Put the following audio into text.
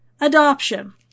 adoption